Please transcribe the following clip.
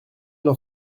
n’en